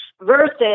Versus